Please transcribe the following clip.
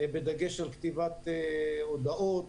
בדגש על כתיבת הודעות,